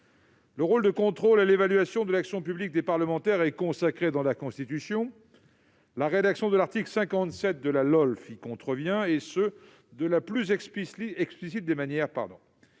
Le rôle de contrôle et d'évaluation de l'action publique des parlementaires est consacré dans la Constitution. La rédaction de l'article 57 de la LOLF y contrevient, et cela de la plus explicite des manières.